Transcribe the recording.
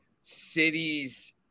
cities